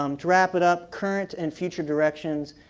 um to wrap it up, current and future directions.